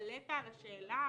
והתפלאת על השאלה